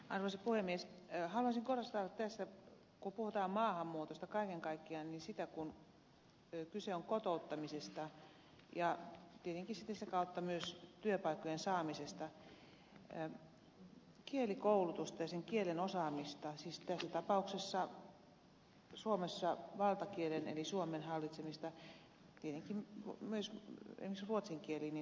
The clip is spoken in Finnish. haluaisin korostaa tässä kun puhutaan maahanmuutosta kaiken kaikkiaan ja kyse on kotouttamisesta ja tietenkin sitten sitä kautta myös työpaikkojen saamisesta kielikoulutusta ja sen kielen osaamista siis tässä tapauksessa suomessa valtakielen eli suomen hallitsemista tietenkin myös esimerkiksi ruotsin kieli on tärkeä